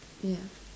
yep